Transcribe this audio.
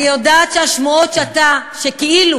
אני יודעת שהשמועות שכאילו